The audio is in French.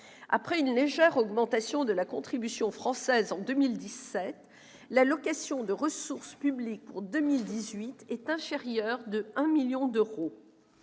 Après une légère augmentation de la contribution française en 2017, l'allocation de ressources publiques pour 2018 est inférieure de 1 million d'euros.